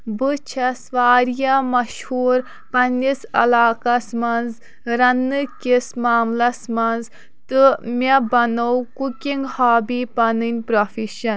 بہٕ چھَس واریاہ مشہوٗر پَنٛنِس علاقعس منٛز رَننہٕ کِس معاملَس منٛز تہٕ مےٚ بنوو کُکِنٛگ ہابی پَنٕںۍ پرٛوفیٚشَن